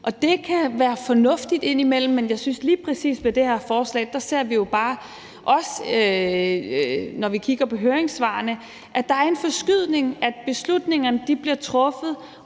det kan være fornuftigt indimellem, men jeg synes, at lige præcis med det her forslag ser vi jo bare, også når vi kigger på høringssvarene, at der er en forskydning; at beslutningerne bliver truffet